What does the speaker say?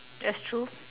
that's true